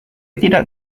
tidak